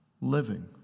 living